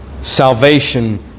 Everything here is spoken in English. salvation